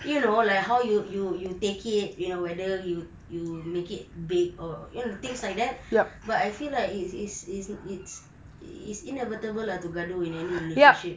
you know like how you you you take it you know whether you you make it big or things like that but I feel like is is is it's it's inevitable to gaduh in any relationship